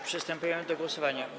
Przystępujemy do głosowania.